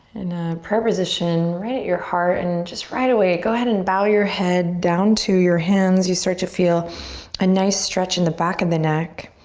prayer position right at your heart and just right away go ahead and bow your head down to your hands. you start to feel a nice stretch in the back of the neck.